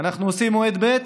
אנחנו עושים מועד ב',